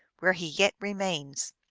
where he yet remains.